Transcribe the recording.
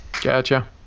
Gotcha